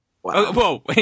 Whoa